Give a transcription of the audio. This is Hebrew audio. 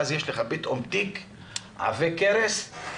ואז יש פתאום תיק עב כרס,